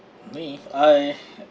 me I